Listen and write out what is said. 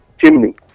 chimney